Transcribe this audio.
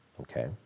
okay